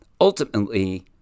ultimately